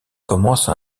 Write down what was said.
commence